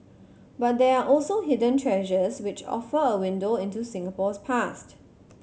but there are also hidden treasures which offer a window into Singapore's past